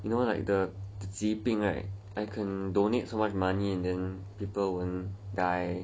you know like the 疾病 right I can donate some money then people won't die